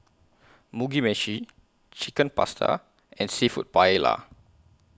Mugi Meshi Chicken Pasta and Seafood Paella